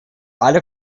alle